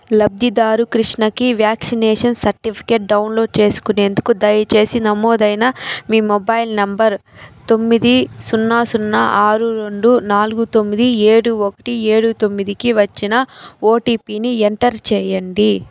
లబ్ధిదారు కృష్ణకి vaccination certificate download చేసుకునేందుకు దయచేసి నమోదైన మీ మొబైల్ నంబర్ తొమ్మిది సున్నా సున్నా ఆరు రెండు నాలుగు తొమ్మిది ఏడు ఒకటి ఏడు తొమ్మిదికి వచ్చిన ఓటిపిని ఎంటర్ చేయండి